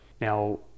Now